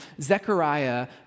Zechariah